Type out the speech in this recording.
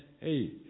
hey